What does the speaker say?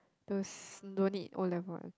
those don't need O-level one